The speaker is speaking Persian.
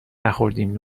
نخوردیم